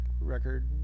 record